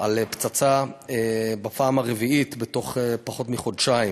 על פצצה בפעם הרביעית בתוך פחות מחודשיים,